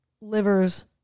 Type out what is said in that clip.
livers